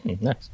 Nice